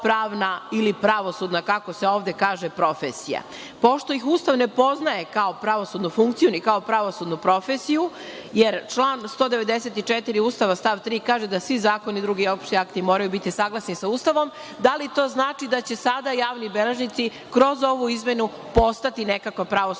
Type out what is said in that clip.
ili pravosudna, kako se ovde kaže, profesija? Pošto ih Ustav ne poznaje kao pravosudnu funkciju, ni kao pravosudnu profesiju, jer član 194. Ustava stav 3. kaže – da svi zakoni i drugi opšti akti moraju biti saglasni sa Ustavom, da li to znači da će sada javni beležnici kroz ovu izmenu postati nekakva pravosudna